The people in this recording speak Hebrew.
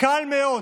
קל מאוד.